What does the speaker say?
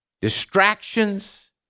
distractions